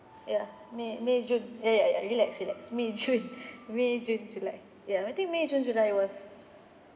ya may may june eh ya ya relax relax may june may june july ya I think may june july was